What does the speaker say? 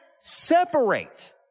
separate